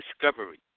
discovery